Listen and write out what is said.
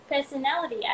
personality